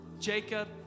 Jacob